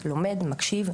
מקשיב,